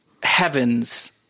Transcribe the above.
heavens